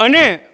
અને